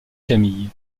camille